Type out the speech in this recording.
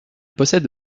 possède